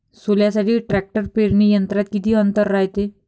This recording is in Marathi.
सोल्यासाठी ट्रॅक्टर पेरणी यंत्रात किती अंतर रायते?